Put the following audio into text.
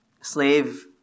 slave